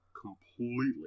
completely